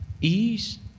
ease